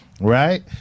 right